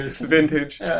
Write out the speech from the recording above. Vintage